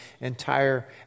entire